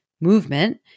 movement